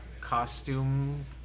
costume